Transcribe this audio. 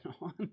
on